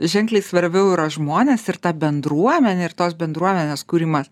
ženkliai svarbiau yra žmonės ir ta bendruomenė ir tos bendruomenės kūrimas